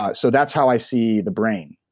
ah so that's how i see the brain.